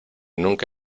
nunca